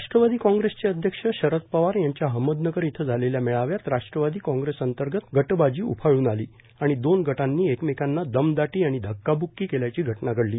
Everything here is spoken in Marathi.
राष्ट्रवादी काँग्रेसचे अध्यक्ष शरद पवार यांच्या अहमदनगर इथं झालेल्या मेळाव्यात राष्ट्रवादी काँग्रेसअंतर्गत गटबाजी उफाळून आली आणि दोन गटांनी एकमेकांना दमदाटी आणि धक्काब्क्की केल्याची घटना घडली